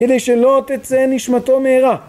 אלא שלא תצא נשמתו מהרה